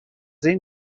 این